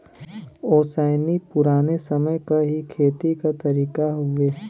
ओसैनी पुराने समय क ही खेती क तरीका हउवे